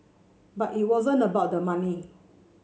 but it wasn't about the money